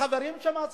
החברים שמצביעים,